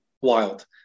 wild